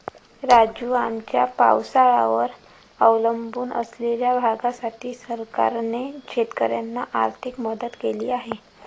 राजू, आमच्या पावसावर अवलंबून असलेल्या भागासाठी सरकारने शेतकऱ्यांना आर्थिक मदत केली आहे